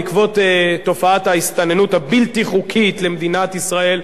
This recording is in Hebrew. בעקבות תופעת ההסתננות הבלתי חוקית למדינת ישראל,